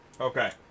Okay